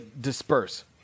disperse